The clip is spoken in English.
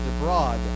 abroad